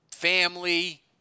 Family